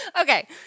Okay